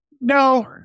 no